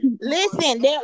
listen